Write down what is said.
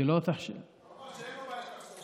הוא אמר שאין לו בעיה שתחשוף.